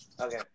Okay